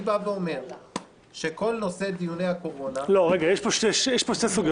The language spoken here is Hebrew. אני אומר שכל נושא דיוני הקורונה --- הוא מעלה שתי סוגיות,